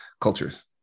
cultures